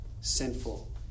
sinful